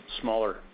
Smaller